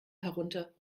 herunter